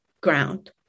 ground